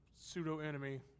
pseudo-enemy